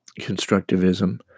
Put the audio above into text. constructivism